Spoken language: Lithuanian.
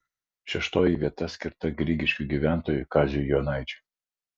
šeštoji vieta skirta grigiškių gyventojui kaziui jonaičiui